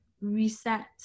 reset